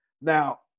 Now